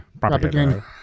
propaganda